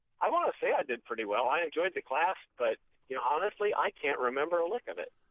i want to say i did pretty well. i enjoyed the class, but yeah honestly, i can't remember a lick of it.